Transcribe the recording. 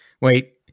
wait